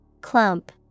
Clump